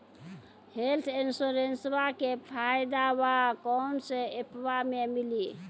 Health इंश्योरेंसबा के फायदावा कौन से ऐपवा पे मिली?